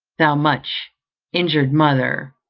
thou much injured mother!